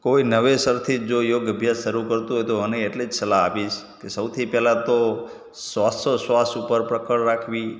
કોઈ નવેસરથી જો યોગ અભ્યાસ શરુ કરતો હોય તો આને એટલી જ સલાહ આપીશ કે સૌથી પહેલાં તો શ્વાસ ઉચ્છવાસ ઉપર પકડ રાખવી